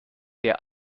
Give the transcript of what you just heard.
der